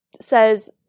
says